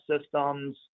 systems